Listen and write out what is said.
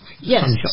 Yes